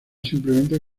simplemente